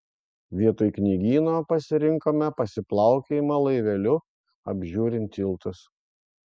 vietoj knygyno pasirinkome pasiplaukiojimą laiveliu apžiūrint tiltus